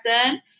person